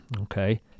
okay